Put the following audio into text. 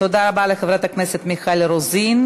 תודה רבה לחברת הכנסת מיכל רוזין.